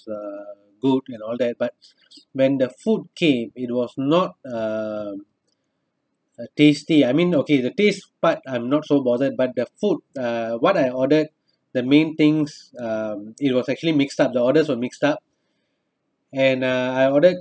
uh rude and all that but when the food came it was not uh uh tasty I mean okay the taste part I'm not so bothered but the food uh what I ordered the main things um it was actually mixed up the orders were mixed up and uh I ordered